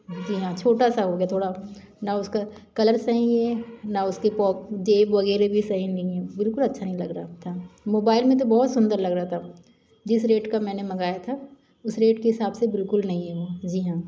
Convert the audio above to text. जी हाँ छोटा सा हो गया थोड़ा ना उसका कलर सही है ना उसके जेब वग़ेरह भी सही नहीं हैं बिल्कुल अच्छा नहीं लग रहा था मोबाइल में तो बहुत अच्छा लग रहा था जिस रेट का मैंने मंगाया था उस रेट के हिसाब से बिल्कुल नहीं है जी हाँ